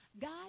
God